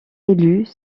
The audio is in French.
élus